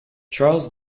charles